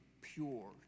pure